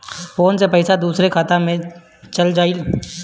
Phone से पईसा दूसरे के खाता में चल जाई?